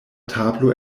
tablo